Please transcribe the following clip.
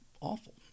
awful